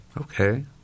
Okay